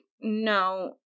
no